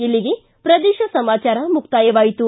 ಇಲ್ಲಿಗೆ ಪ್ರದೇಶ ಸಮಾಚಾರ ಮುಕ್ತಾಯವಾಯಿತು